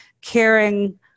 caring